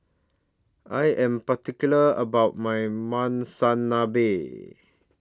I Am particular about My Monsunabe